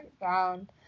down